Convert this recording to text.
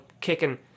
kicking